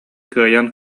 кыайан